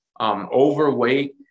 overweight